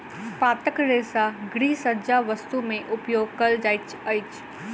पातक रेशा गृहसज्जा वस्तु में उपयोग कयल जाइत अछि